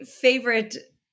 favorite